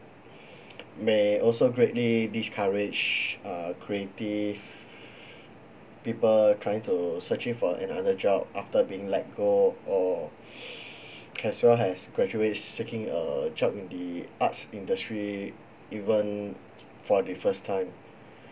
may also greatly discourage uh creative people trying to searching for another job after being let go or as well as graduates seeking a job in the arts industry even for the first time